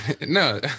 no